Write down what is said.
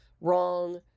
wrong